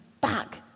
back